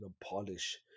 polish